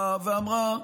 באה ואמרה: